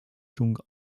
chung